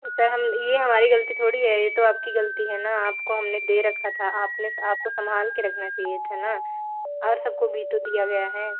sir हम ये हमारी गलती थोड़ी है ये तो आपकी गलती है ना आपको हमने दे रखा था आपने आपको सम्भाल के रखना चहिए था ना और सब को भी तो दिया गया है